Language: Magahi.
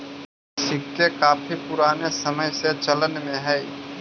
सिक्के काफी पूराने समय से चलन में हई